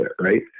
Right